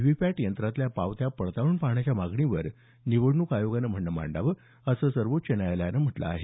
V PAT यंत्राच्या पावत्या पडताळून पाहण्याच्या मागणीवर निवडणूक आयोगानं म्हणणं मांडावं असं सर्वोच्च न्यायालयानं म्हटलं आहे